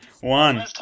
one